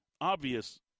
obvious